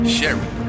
Sherry